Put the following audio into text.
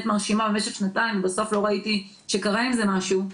מרשימה במשך שנתיים ובסוף לא ראיתי שקרה עם זה משהו.